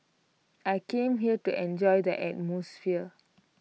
I came here to enjoy the atmosphere